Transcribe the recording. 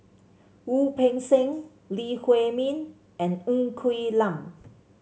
Wu Peng Seng Lee Huei Min and Ng Quee Lam